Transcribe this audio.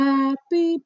Happy